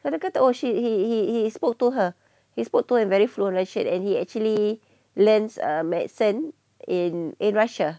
dia kata oh he he he spoke to her he spoke to her in very fluent russian and he actually learns err medicine in russia